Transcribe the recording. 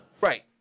right